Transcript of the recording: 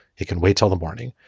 it can wait till the morning.